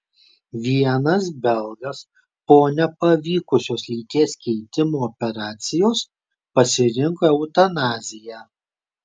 vienas belgas po nepavykusios lyties keitimo operacijos pasirinko eutanaziją